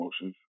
emotions